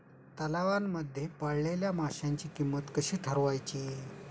तलावांमध्ये पाळलेल्या माशांची किंमत कशी ठरवायची?